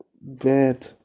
bad